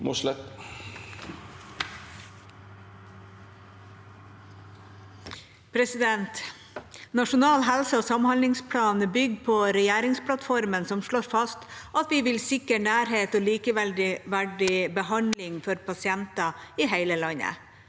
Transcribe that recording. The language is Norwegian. Nasjonal helse- og samhandlingsplan bygger på regjeringsplattformen, som slår fast at vi vil sikre nærhet og likeverdig behandling for pasienter i hele landet.